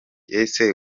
ese